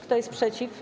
Kto jest przeciw?